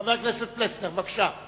חבר הכנסת פלסנר, בבקשה.